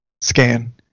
scan